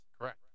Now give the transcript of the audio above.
Correct